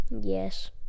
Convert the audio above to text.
Yes